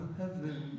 heaven